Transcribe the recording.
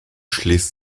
schließt